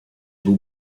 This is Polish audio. był